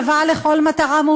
הלוואה לכל מטרה,